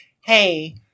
Hey